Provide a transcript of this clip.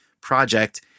project